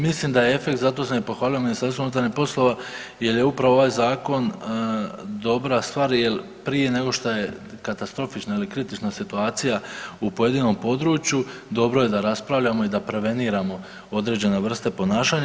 Mislim da je efekt zato sam i pohvalio MUP jel je upravo ovaj zakon dobra stvar jer prije nego što je katastrofična ili kritična situacija u pojedinom području dobro je da raspravljamo i da preveniramo određene vrste ponašanja.